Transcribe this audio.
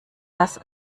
das